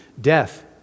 death